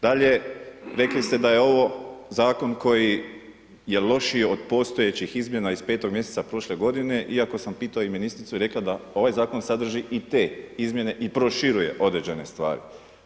Dalje, rekli ste da je ovo zakon koji je lošiji od postojećih izmjena iz 5. mjeseca prošle godine, iako sam pitao i ministricu i rekla je da ovaj zakon sadrži i te izmjene i proširuje određene stvari.